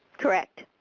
correct.